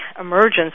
emergence